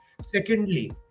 Secondly